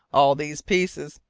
all these pieces,